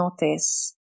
notice